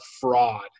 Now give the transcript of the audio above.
fraud